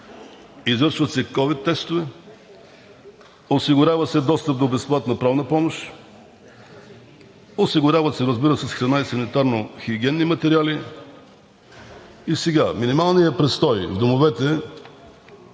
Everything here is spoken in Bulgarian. извършват се ковид тестове, осигурява се достъп до безплатна правна помощ, осигуряват се, разбира се, с храна и санитарно-хигиенни материали. Минималният престой в домовете